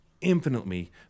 infinitely